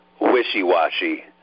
wishy-washy